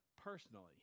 personally